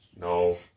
No